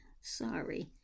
Sorry